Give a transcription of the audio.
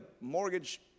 mortgage